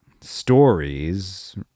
stories